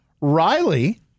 Riley